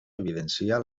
evidencia